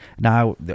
Now